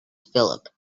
phillip